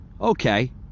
Okay